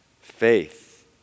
faith